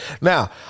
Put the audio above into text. Now